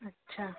अच्छा